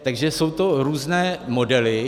Takže jsou to různé modely.